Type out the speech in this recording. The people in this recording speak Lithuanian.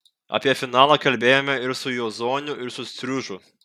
apie finalą kalbėjome ir su jozoniu ir su striužu